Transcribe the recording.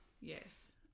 yes